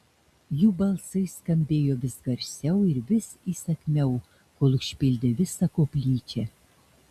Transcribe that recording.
jų balsai skambėjo vis garsiau ir vis įsakmiau kol užpildė visą koplyčią